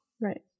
Right